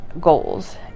goals